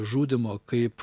žudymo kaip